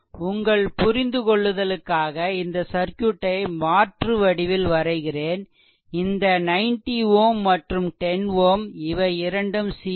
உங்கள் புரிந்து கொள்ளுதலுக்காக இந்த சர்க்யூட்டை மாற்றுவடிவில் வரைகிறேன் இந்த 90 Ω மற்றும் 10 Ω இவை இரண்டும் சீரிஸ்